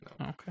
Okay